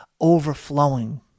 overflowing